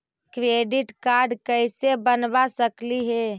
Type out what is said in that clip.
Credit card कैसे बनबा सकली हे?